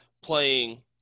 playing